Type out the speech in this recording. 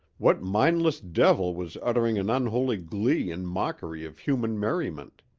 what mindless devil was uttering an unholy glee in mockery of human merriment?